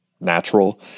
natural